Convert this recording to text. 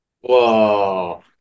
Whoa